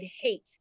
hate